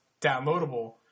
downloadable